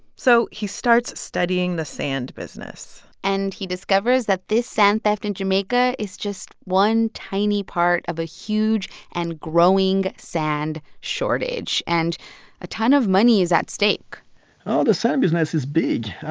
so he starts studying the sand business and he discovers that this sand theft in jamaica is just one tiny part of a huge and growing sand shortage, and a ton of money is at stake oh, the sand business is big